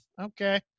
okay